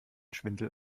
schwindel